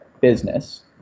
business